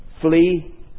flee